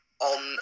on